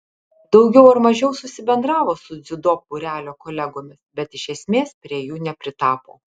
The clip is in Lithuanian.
daugiau ar mažiau susibendravo su dziudo būrelio kolegomis bet iš esmės prie jų nepritapo